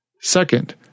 Second